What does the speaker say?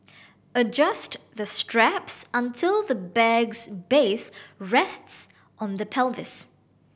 adjust the straps until the bag's base rests on the pelvis